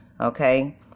Okay